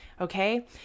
okay